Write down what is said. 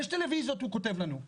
"יש טלוויזיות..." הוא כותב לנו.